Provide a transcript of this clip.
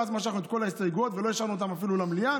ואז משכנו את כל ההסתייגויות ולא השארנו אותן אפילו למליאה.